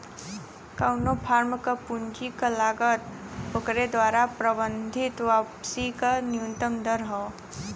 कउनो फर्म क पूंजी क लागत ओकरे द्वारा प्रबंधित वापसी क न्यूनतम दर हौ